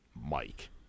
Mike